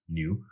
new